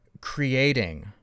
creating